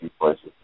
places